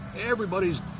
everybody's